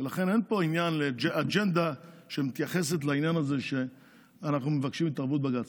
לכן אין פה אג'נדה שמתייחסת לעניין הזה שאנחנו מבקשים את התערבות בג"ץ.